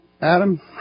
Adam